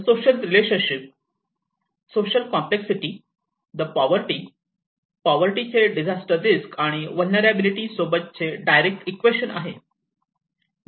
the social relationship social complexity the poverty poverty चे disaster risk आणि vulnerability सोबत direct equation आहे